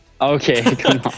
Okay